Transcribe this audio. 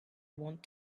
want